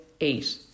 eight